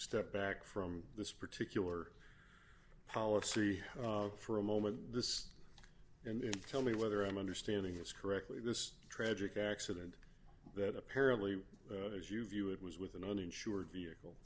step back from this particular policy for a moment this and tell me whether i'm understanding this correctly this tragic accident that apparently as you view it was with an uninsured vehicle